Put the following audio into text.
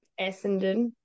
Essendon